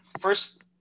first